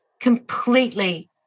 completely